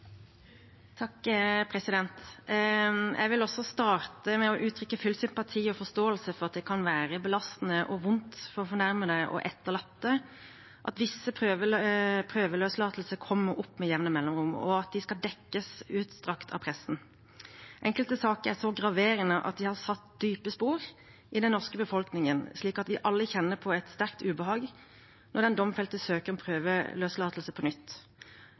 Jeg vil også starte med å uttrykke full sympati og forståelse for at det kan være belastende og vondt for fornærmede og etterlatte at visse prøveløslatelser kommer opp med jevne mellomrom, og at de i utstrakt grad dekkes av pressen. Enkelte saker er så graverende at de har satt dype spor i den norske befolkningen, slik at vi alle kjenner på et sterkt ubehag når den domfelte søker om prøveløslatelse på nytt.